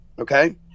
okay